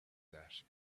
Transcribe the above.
that